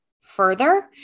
further